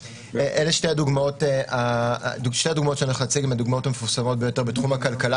שתי הדוגמאות שאני הולך להציג הן הדוגמאות המפורסמות ביותר בתחום הכלכלה